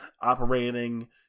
operating